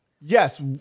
yes